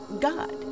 God